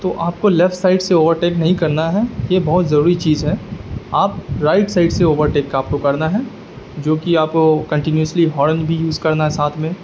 تو آپ کو لیفٹ سائڈ سے اوور ٹیک نہیں کرنا ہے یہ بہت ضروری چیز ہے آپ رائٹ سائڈ سے اوور ٹیک آپ کو کرنا ہے جو کہ آپ کو کنٹینیوسلی ہارن بھی یوز کرنا ہے ساتھ میں